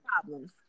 problems